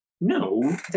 no